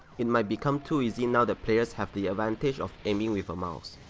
it might become too easy now that players have the advantage of aiming with a mouse.